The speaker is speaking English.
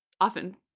often